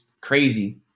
crazy